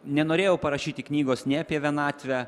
nenorėjau parašyti knygos nei apie vienatvę